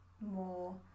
more